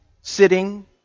sitting